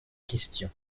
question